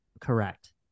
correct